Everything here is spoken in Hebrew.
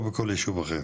או בכל יישוב אחר,